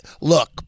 look